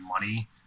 money